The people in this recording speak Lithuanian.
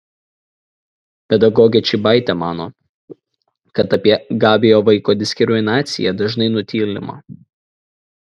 pedagogė čybaitė mano kad apie gabiojo vaiko diskriminaciją dažnai nutylima